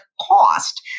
cost